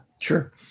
sure